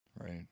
Right